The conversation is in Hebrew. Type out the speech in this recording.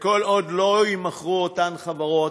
וכל עוד לא יימכרו אותן חברות,